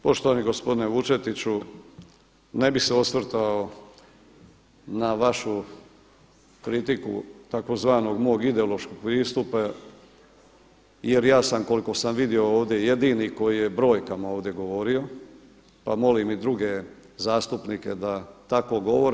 Poštovani gospodine Vučetiću, ne bih se osvrtao na vašu kritiku tzv. mog ideološkog pristupa jer ja sam koliko sam vidio ovdje jedini koji je brojkama ovdje govorio pa molim i druge zastupnike da tako govore.